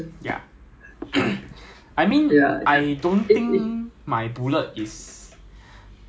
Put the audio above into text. ya then 因为我们我们有两个 round mah 我们一个是 high explosive round I think 他的 maximum